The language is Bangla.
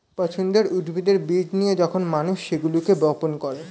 পছন্দের উদ্ভিদের বীজ নিয়ে যখন মানুষ সেগুলোকে বপন করে